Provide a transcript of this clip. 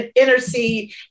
intercede